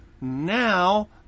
now